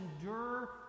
endure